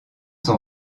sont